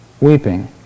weeping